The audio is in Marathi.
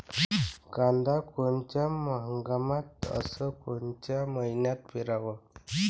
कांद्या कोनच्या हंगामात अस कोनच्या मईन्यात पेरावं?